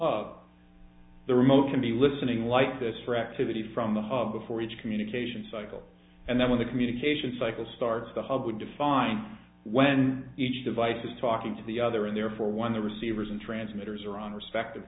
club the remote can be listening like this for activity from the hub before each communication cycle and then when the communication cycle starts the hub would define when each device is talking to the other and therefore one the receivers and transmitters are on respective